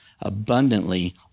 abundantly